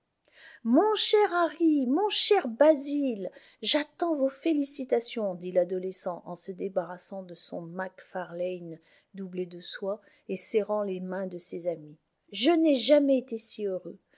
mon cher harry mon cher basil j'attends vos félicitations dit l'adolescent en se débarrassant de son mac farlane doublé de soie et serrant les mains de ses amis je n'ai jamais été si heureux